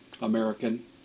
American